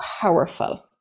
powerful